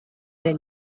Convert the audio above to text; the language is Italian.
del